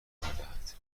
میدهد